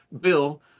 bill